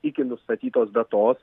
iki nustatytos datos